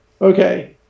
okay